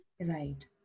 Right